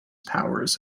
powers